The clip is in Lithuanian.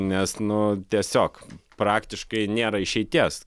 nes nu tiesiog praktiškai nėra išeities